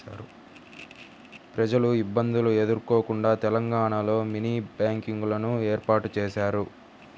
ప్రజలు ఇబ్బందులు ఎదుర్కోకుండా తెలంగాణలో మినీ బ్యాంకింగ్ లను ఏర్పాటు చేశారు